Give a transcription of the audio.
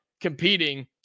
competing